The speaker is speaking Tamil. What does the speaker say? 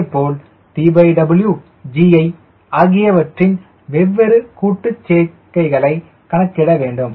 இதேபோல் TW G ஜ ஆகியவற்றின் வெவ்வேறு கூட்டு சேர்க்கைகளை கணக்கிட வேண்டும்